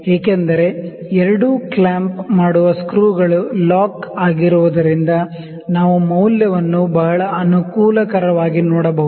ಏಕೆಂದರೆ ಎರಡೂ ಕ್ಲ್ಯಾಂಪ್ ಮಾಡುವ ಸ್ಕ್ರೂಗಳು ಲಾಕ್ ಆಗಿರುವುದರಿಂದ ನಾವು ಮೌಲ್ಯವನ್ನು ಬಹಳ ಅನುಕೂಲಕರವಾಗಿ ನೋಡಬಹುದು